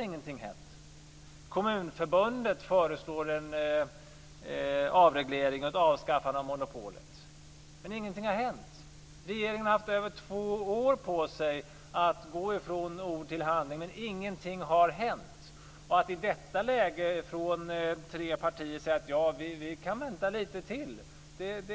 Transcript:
Ingenting har hänt! Kommunförbundet har föreslagit en avreglering och ett avskaffande av monopolet. Ingenting har hänt! Regeringen har haft över två år på sig att gå från ord till handling. Ingenting har hänt! Att man då från tre partier i detta läge säger att man kan vänta lite till, att